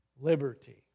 Liberty